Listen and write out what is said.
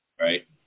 right